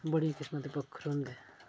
बड़ियें किस्मा दे पक्खरु होंदे